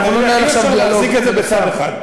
אי-אפשר להחזיק את זה בצד אחד.